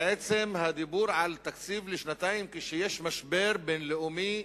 בעצם הדיבור על תקציב לשנתיים כשיש משבר בין-לאומי